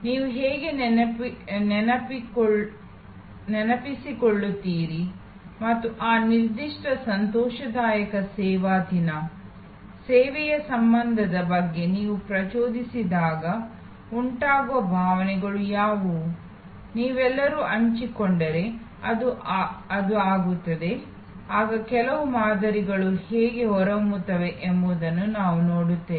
ನೀವು ಹೇಗೆ ನೆನಪಿಸಿಕೊಳ್ಳುತ್ತೀರಿ ಮತ್ತು ಆ ನಿರ್ದಿಷ್ಟ ಸಂತೋಷದಾಯಕ ಸೇವಾ ದಿನ ಸೇವೆಯ ಸಂಭವದ ಬಗ್ಗೆ ನೀವು ಪ್ರಚೋದಿಸಿದಾಗ ಉಂಟಾಗುವ ಭಾವನೆಗಳು ಯಾವುವು ನೀವೆಲ್ಲರೂ ಹಂಚಿಕೊಂಡರೆ ಅದು ಆಗುತ್ತದೆ ಆಗ ಕೆಲವು ಮಾದರಿಗಳು ಹೇಗೆ ಹೊರಹೊಮ್ಮುತ್ತವೆ ಎಂಬುದನ್ನು ನಾವು ನೋಡುತ್ತೇವೆ